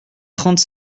trente